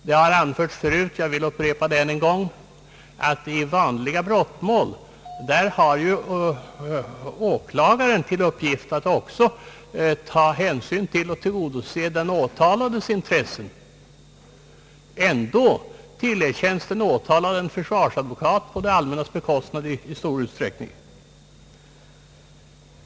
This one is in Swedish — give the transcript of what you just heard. Det har anförts tidigare och jag vill ännu en gång upprepa, att i vanliga brottmål har åklagaren till uppgift att också ta hänsyn till och tillgodose den åtalades intressen. Ändå tillerkänns den åtalade en försvarsadvokat på det allmännas bekostnad i stor utsträckning.